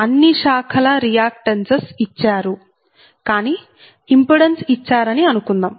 అన్ని శాఖల రియాక్టన్సెస్ ఇచ్చారు కానీ ఇంపిడెన్స్ ఇచ్చారని చెబుదాం